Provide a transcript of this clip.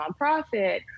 nonprofit